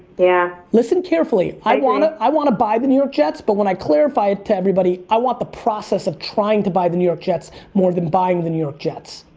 yeah. listen carefully. i agree. i wanna buy the new york jets but when i clarify it to everybody, i want the process of trying to buy the new york jets more than buying the new york jets.